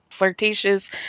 flirtatious